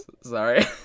Sorry